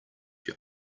your